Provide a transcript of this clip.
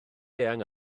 eang